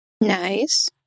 Nice